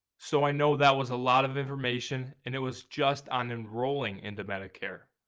so i know that was a lot of information and it was just on enrolling into medicare.